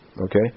Okay